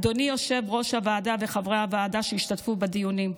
אדוני יושב-ראש הוועדה וחברי הוועדה שהשתתפו בדיונים,